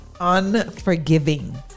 unforgiving